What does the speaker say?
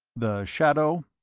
the shadow?